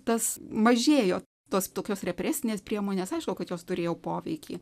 tas mažėjo tos tokios represinės priemonės aišku kad jos turėjo poveikį